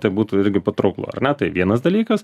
tai būtų irgi patrauklu ar ne tai vienas dalykas